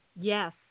Yes